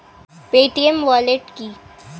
Paytm wallet কি?